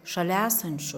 šalia esančių